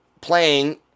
playing